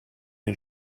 den